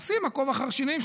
עושים מעקב אחר שינויים,